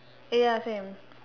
eh ya same